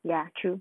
ya true